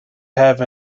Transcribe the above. have